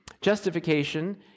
Justification